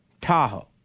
Tahoe